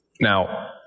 now